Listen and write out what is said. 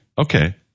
Okay